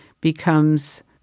becomes